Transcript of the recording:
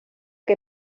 que